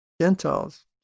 Gentiles